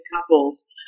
couples